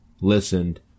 listened